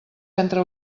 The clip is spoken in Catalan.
entre